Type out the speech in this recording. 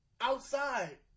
outside